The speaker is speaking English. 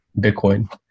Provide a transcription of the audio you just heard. Bitcoin